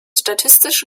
statistische